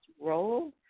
role